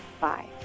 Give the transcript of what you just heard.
Bye